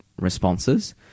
responses